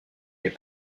est